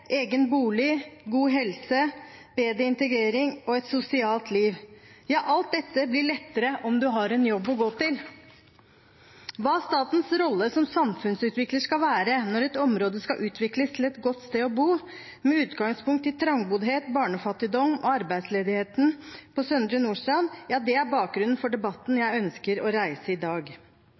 egen bolig, god helse, bedre integrering og et sosialt liv – alt dette blir lettere om man har en jobb å gå til. Bakgrunnen for debatten jeg ønsker å reise i dag, er hva statens rolle som samfunnsutvikler skal være når et område skal utvikles til et godt sted å bo, med utgangspunkt i trangboddhet, barnefattigdom og arbeidsledigheten i Søndre Nordstrand.